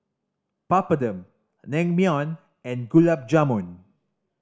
Papadum Naengmyeon and Gulab Jamun